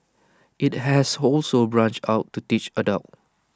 IT has also branched out to teach adults